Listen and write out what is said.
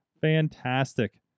fantastic